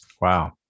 Wow